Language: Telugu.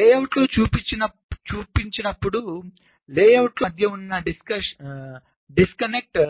లేఅవుట్లు చూపించేటప్పుడులేఅవుట్లో మధ్య ఉన్న డిస్కనెక్ట్